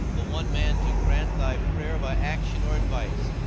the one man to grant thy prayer by action or advice,